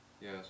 Yes